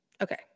Okay